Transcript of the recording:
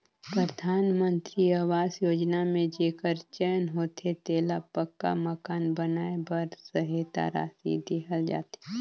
परधानमंतरी अवास योजना में जेकर चयन होथे तेला पक्का मकान बनाए बर सहेता रासि देहल जाथे